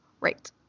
Right